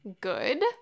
good